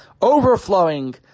overflowing